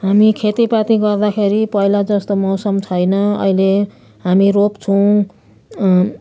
हामी खेतीपाती गर्दाखेरि पहिला जस्तो मौसम छैन अहिले हामी रोप्छौँ